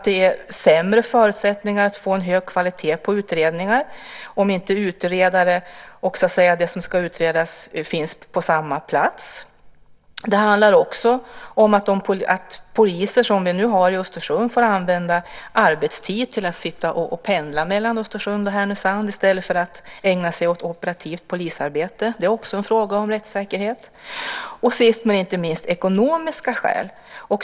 Det blir sämre förutsättningar för att få en hög kvalitet på utredningar om inte utredare och det som ska utredas finns på samma plats. Poliser i Östersund får använda arbetstid till att pendla mellan Östersund och Härnösand i stället för att ägna sig åt operativt polisarbete. Det är också en fråga om rättssäkerhet. Sist men inte minst finns det ekonomiska skäl.